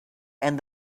and